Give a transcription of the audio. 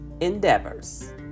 endeavors